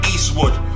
Eastwood